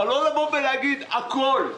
אבל לא להגיד על הכל.